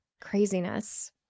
Craziness